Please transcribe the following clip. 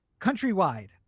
countrywide